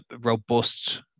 robust